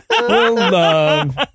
love